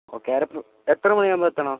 okay അവരപ്പോൾ എത്ര മണിയാവുമ്പം എത്തണം